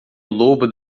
lobo